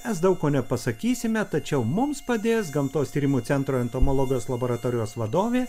mes daug ko nepasakysime tačiau mums padės gamtos tyrimų centro entomologijos laboratorijos vadovė